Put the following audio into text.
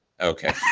Okay